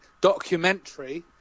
documentary